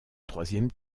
troisième